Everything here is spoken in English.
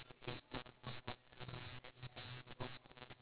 ya I think about it all the time actually I got a lot of labels eh